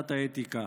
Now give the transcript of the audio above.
לוועדת האתיקה.